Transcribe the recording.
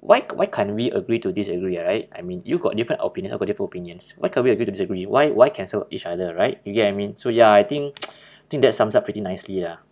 why why can't we agree to disagree ah right I mean you got different opinion I got different opinions why can't we agree to disagree why why cancel each other right you get what I mean so ya I think think that sums up pretty nicely lah